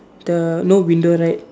the no window right